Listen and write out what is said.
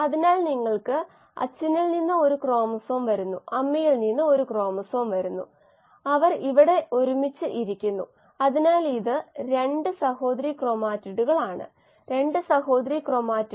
അതിനാൽ നമ്മൾ ഈ ബോണ്ടുകളെ അന്നജത്തിൽ നിന്ന് തകർക്കുകയാണെങ്കിൽ നമുക്ക് കോശങ്ങൾക്ക് ഗ്ലൂക്കോസ് ലഭിക്കും അന്നജം ധാരാളമായി കാണപ്പെടുന്നു അതിനാൽ ഇത് വിലകുറഞ്ഞതിനാൽ അന്നജം കോശങ്ങൾക്ക് ഗ്ലൂക്കോസിന്റെ ഉറവിടമാകാം